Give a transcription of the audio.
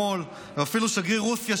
ואפילו שגריר רוסיה,